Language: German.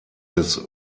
des